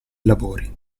lavori